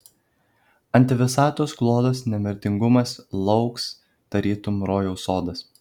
antivisatos kloduos nemirtingumas lauks tarytum rojaus sodas